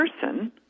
person